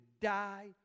die